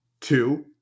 Two